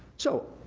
so,